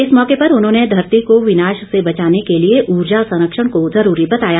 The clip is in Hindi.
इस मौके पर उन्होंने धरती को विनाश से बचाने के लिए ऊर्जा संरक्षण को जरूरी बताया